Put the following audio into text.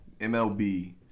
MLB